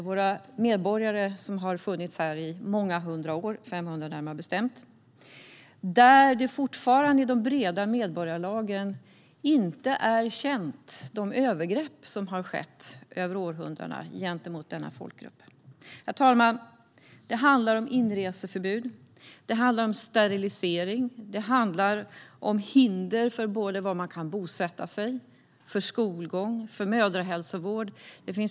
De är medborgare och har funnits här i många hundra år, närmare bestämt 500 år. I de breda medborgarlagren är det fortfarande inte känt vilka övergrepp som har skett gentemot denna folkgrupp under århundradena. Det handlar, herr talman, om inreseförbud och sterilisering. Det handlar om hinder för var man kan bosätta sig, för skolgång och för mödrahälsovård.